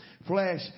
Flesh